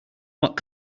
what